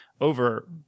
over